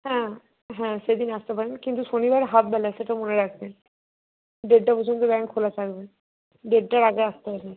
হ্যাঁ হ্যাঁ সেদিন আসতে পারেন কিন্তু শনিবার হাফ বেলা সেটা মনে রাখবেন দেড়টা পর্যন্ত ব্যাংক খোলা থাকবে দেড়টার আগে আসতে হবে